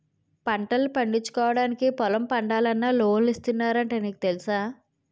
పంటల్ను పండించుకోవడానికి పొలం పండాలన్నా లోన్లు ఇస్తున్నారట నీకు తెలుసా?